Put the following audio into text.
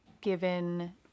given